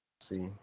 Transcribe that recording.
See